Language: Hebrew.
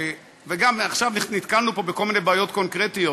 ועכשיו גם נתקענו פה בכל מיני בעיות קונקרטיות: